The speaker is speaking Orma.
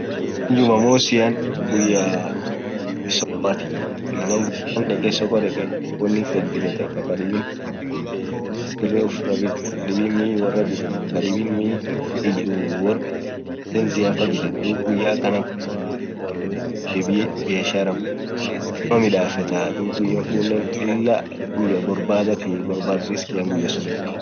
guyaan jumaaa mosian guyaa sokoatii inamaa ghudhaa dheke soko dhekee wonin fedh bithetha khaa kadhibin hori ufurah bithuu khaa kadhibin reee ufurah bithuu khaa kadhibin miii woraa bithethu khadibin mii worr penziafaa bithethu dhub guyaa akhana khun inamaa sokoatii woth jebiyee biashara gudhaa midafetha dhub guyya kunen Lilah guyaa borbadhathi borbadha rizkia guyya sunni